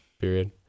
Period